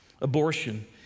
Abortion